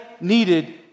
needed